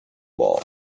ball